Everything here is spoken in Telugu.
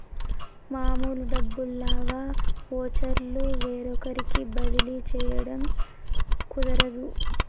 మామూలు డబ్బుల్లాగా వోచర్లు వేరొకరికి బదిలీ చేయడం కుదరదు